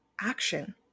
action